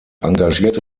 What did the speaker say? engagierte